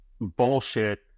bullshit